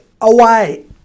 away